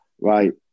Right